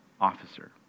officer